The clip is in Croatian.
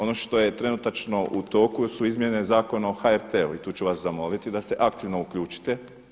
Ono što je trenutačno u toku su izmjene Zakona o HRT-u i tu ću vas zamoliti da se aktivno uključite.